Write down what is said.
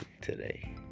today